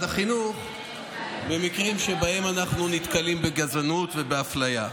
החינוך במקרים שבהם אנחנו נתקלים בגזענות ובאפליה.